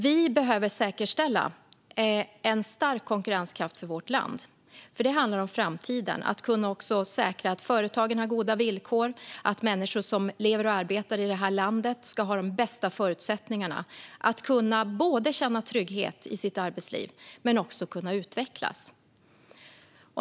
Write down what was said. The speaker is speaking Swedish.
Vi behöver säkerställa en stark konkurrenskraft för vårt land, för det handlar om framtiden och om att kunna säkra att företagen har goda villkor och att människor som lever och arbetar i det här landet ska ha de bästa förutsättningarna att kunna känna trygghet i sitt arbetsliv och kunna utvecklas.